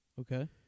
okay